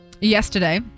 yesterday